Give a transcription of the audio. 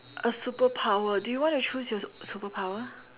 a superpower do you want to choose your superpower